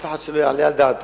אף אחד שלא יעלה על דעתו